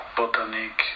botanic